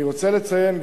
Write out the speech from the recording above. אני רוצה לציין,